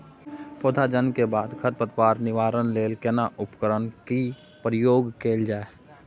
पौधा जन्म के बाद खर पतवार निवारण लेल केना उपकरण कय प्रयोग कैल जाय?